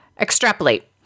Extrapolate